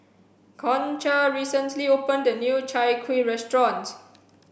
concha recently opened a new chai kuih restaurant